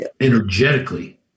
Energetically